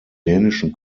dänischen